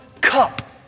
cup